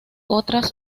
otras